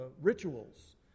rituals